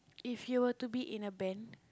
if you were to be in a band